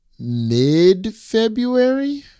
mid-February